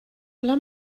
ble